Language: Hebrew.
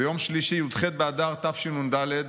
ביום שלישי י"ח באדר תשנ"ד,